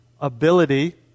ability